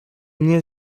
nie